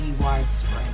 widespread